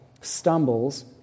stumbles